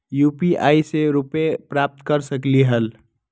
UPI से रुपए प्राप्त कर सकलीहल?